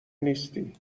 نیستی